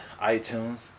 iTunes